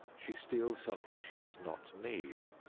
she steals something she does not need,